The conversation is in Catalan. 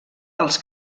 als